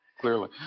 clearly